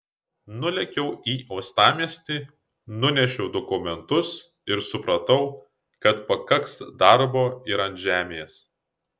nulėkiau į uostamiestį nunešiau dokumentus ir supratau kad pakaks darbo ir ant žemės